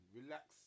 relax